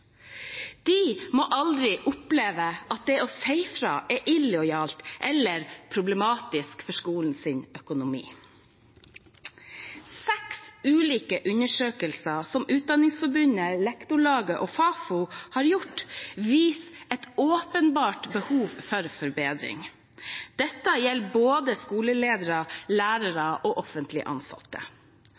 må aldri oppleve at det å si ifra er illojalt eller problematisk for skolens økonomi. Seks ulike undersøkelser som Utdanningsforbudet, Norsk Lektorlag og fagfolk har gjort, viser et åpenbart behov for forbedring, og det gjelder både skoleledere, lærere og offentlig ansatte: